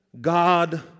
God